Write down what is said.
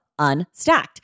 Unstacked